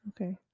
okay